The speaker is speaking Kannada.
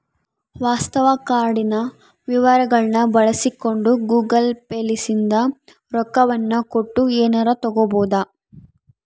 ವಾಸ್ತವ ಕಾರ್ಡಿನ ವಿವರಗಳ್ನ ಬಳಸಿಕೊಂಡು ಗೂಗಲ್ ಪೇ ಲಿಸಿಂದ ರೊಕ್ಕವನ್ನ ಕೊಟ್ಟು ಎನಾರ ತಗಬೊದು